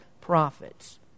prophets